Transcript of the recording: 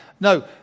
No